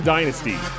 Dynasty